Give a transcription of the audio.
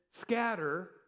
scatter